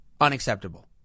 unacceptable